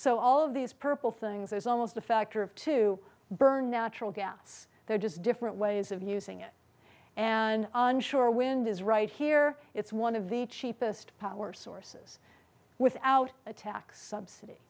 so all of these purple things is almost a factor of to burn natural gas they're just different ways of using it and onshore wind is right here it's one of the cheapest power sources without a tax subsidy